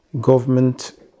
government